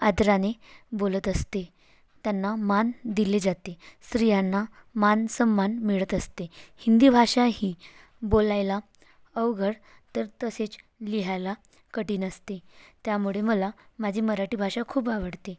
आदराने बोलत असते त्यांना मान दिले जाते स्त्रियांना मानसन्मान मिळत असते हिंदी भाषा ही बोलायला अवघड तर तसेच लिहायला कठीण असते त्यामुळे मला माझी मराठी भाषा खूप आवडते